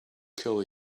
kill